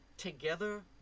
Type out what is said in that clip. Together